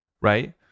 right